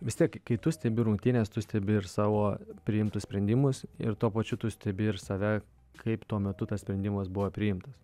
vis tiek kitus stebi rungtynes tu stebi ir savo priimtus sprendimus ir tuo pačiu tu stebi ir save kaip tuo metu tas sprendimas buvo priimtas